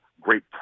great